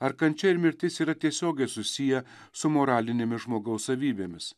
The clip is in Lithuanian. ar kančia ir mirtis yra tiesiogiai susiję su moralinėmis žmogaus savybėmis